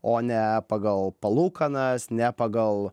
o ne pagal palūkanas ne pagal